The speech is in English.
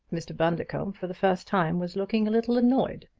mr. bundercombe for the first time was looking a little annoyed.